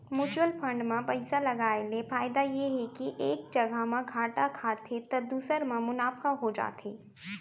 mutual fund म पइसा लगाय ले फायदा ये हे के एक जघा म घाटा खाथे त दूसर म मुनाफा हो जाथे